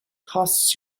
costs